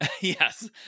yes